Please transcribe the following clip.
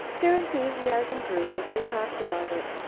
their enthusiasm grew as they talked about it.